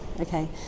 okay